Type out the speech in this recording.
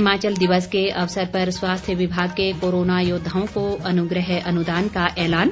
हिमाचल दिवस के अवसर पर स्वास्थ्य विभाग के कोरोना योद्वाओं को अनुग्रह अनुदान का ऐलान